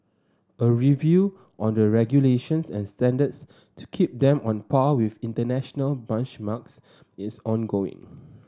a review on the regulations and standards to keep them on a par with international benchmarks is ongoing